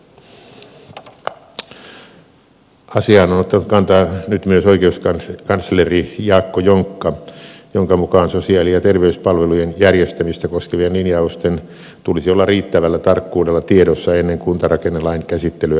asiaan on ottanut kantaa nyt myös oikeuskansleri jaakko jonkka jonka mukaan sosiaali ja terveyspalvelujen järjestämistä koskevien linjausten tulisi olla riittävällä tarkkuudella tiedossa ennen kuntarakennelain käsittelyä eduskunnassa